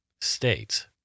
states